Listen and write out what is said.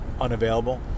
unavailable